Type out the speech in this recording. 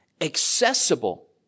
accessible